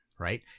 right